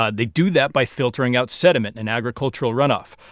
ah they do that by filtering out sediment and agricultural runoff.